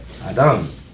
Adam